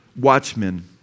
Watchmen